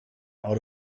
out